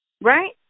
right